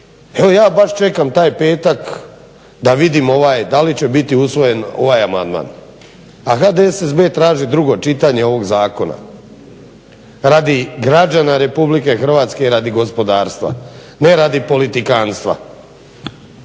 Evo ja baš čekam taj petak da vidim da li će biti usvojen ovaj amandman. A HDSSB traži drugo čitanje ovog zakona radi građana Republike Hrvatske i radi gospodarstva, ne radi politikanstva.